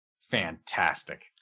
Fantastic